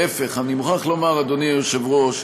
להפך, אני מוכרח לומר, אדוני היושב-ראש,